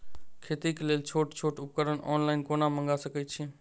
खेतीक लेल छोट छोट उपकरण ऑनलाइन कोना मंगा सकैत छी?